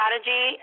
strategy